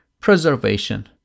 preservation